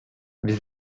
wir